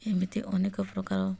ଏମିତି ଅନେକ ପ୍ରକାର